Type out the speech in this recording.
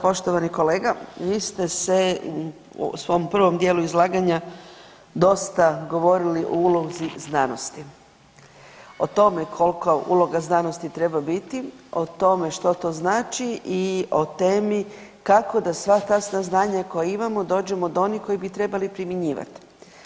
Poštovani kolega, vi ste se u svom prvom dijelu izlaganja dosta govorili o ulozi znanosti, o tome kolika uloga znanosti treba biti, o tome što to znači i o temi kako da sva ta saznanja koja imamo dođemo do onih koji bi trebali primjenjivat.